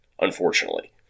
unfortunately